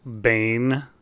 Bane